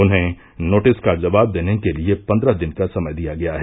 उन्हें नोटिस का जवाब देने के लिए पन्द्रह दिन का समय दिया गया है